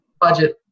budget